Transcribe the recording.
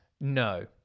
No